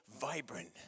vibrant